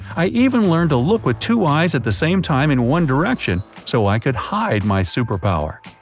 i even learned to look with two eyes at the same time in one direction so i could hide my superpower.